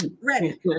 ready